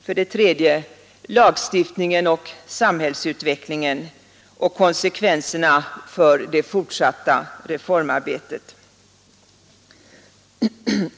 För det tredje: Lagstiftningen och samhällsutvecklingen och konsekvenserna för det fortsatta reformarbetet.